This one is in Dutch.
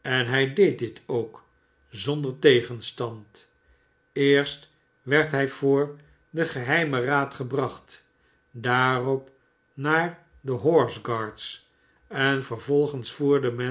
en hij deed dit ook zonder tegenstand eerst werd hij voor den geheimen raad gebracht daarop naar de horse guards en vervolgens voerde men